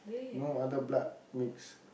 no other blood mix